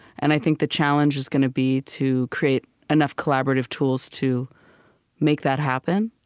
and i think the challenge is going to be to create enough collaborative tools to make that happen.